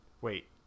Wait